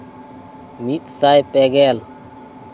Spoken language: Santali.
ᱢᱤᱫ ᱥᱟᱭ ᱯᱮᱜᱮᱞ